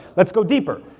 let's go deeper,